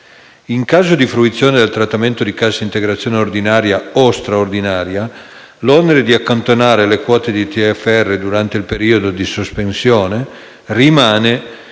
In caso di fruizione del trattamento di cassa integrazione ordinaria o straordinaria, l'onere di accantonare le quote di TRF durante il periodo di sospensione rimane